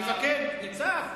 מפקד, ניצב.